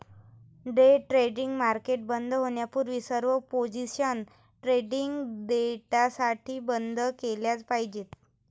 day trading market बंद होण्यापूर्वी सर्व पोझिशन्स ट्रेडिंग डेसाठी बंद केल्या पाहिजेत